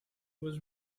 was